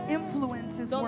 influences